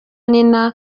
nina